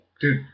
dude